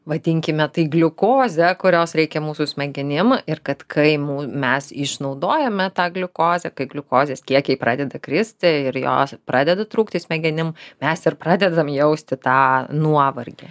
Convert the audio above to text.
vadinkime tai gliukoze kurios reikia mūsų smegenim ir kad kai mū mes išnaudojame tą gliukozę kai gliukozės kiekiai pradeda kristi ir jos pradeda trūkti smegenim mes ir pradedam jausti tą nuovargį